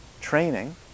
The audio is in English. Training